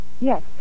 Yes